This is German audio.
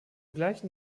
gleichen